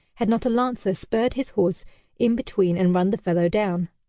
had not a lancer spurred his horse in between and run the fellow down.